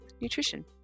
Nutrition